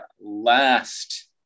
last